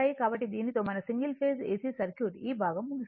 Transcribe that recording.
కాబట్టి దీనితో మన సింగిల్ ఫేస్ ఏసి సర్క్యూట్ ఈ భాగం ముగిసింది